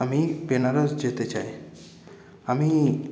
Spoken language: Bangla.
আমি বেনারস যেতে চাই আমি